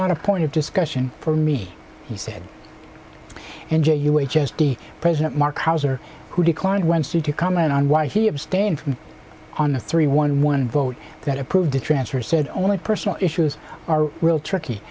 not a point of discussion for me he said in j u h s d president marc hauser who declined wednesday to comment on why he abstained from on the three one one vote that approved the transfer said only personal issues are real tricky